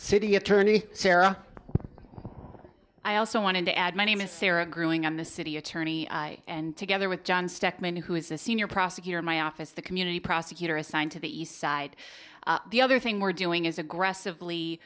city attorney sarah i also wanted to add my name is sarah growing up in the city attorney and together with john stack men who is the senior prosecutor in my office the community prosecutor assigned to the east side the other thing we're doing is aggressively